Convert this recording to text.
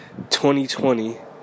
2020